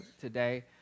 today